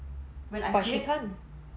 but she can't